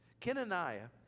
Kenaniah